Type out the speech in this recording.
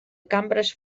cambres